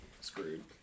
screwed